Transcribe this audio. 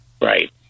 right